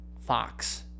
Fox